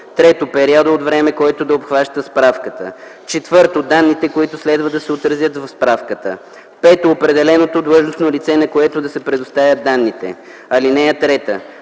3. периода от време, който да обхваща справката; 4. данните, които следва да се отразят в справката; 5. определеното длъжностно лице, на което да се предоставят данните. (3) За